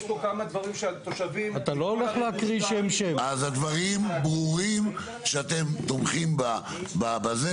יש פה כמה דברים שהתושבים -- אז הדברים ברורים שאתם תומכים בזה,